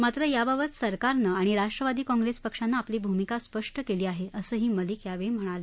मात्र याबाबत सरकारनं आणि राष्ट्रवादी काँप्रेस पक्षानं आपली भूमिका स्पष्ट केली आहे असंही मलिक यावेळी म्हणाले